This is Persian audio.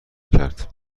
کرد